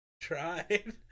Tried